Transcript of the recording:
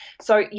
so,